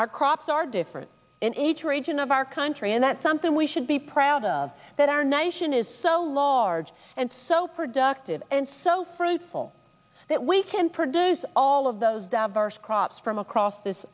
our crops are different in each region of our country and that's something we should be proud of that our nation is so large and so productive and so fruitful that we can produce all of those diverse crops from across this